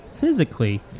physically